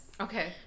Okay